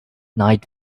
night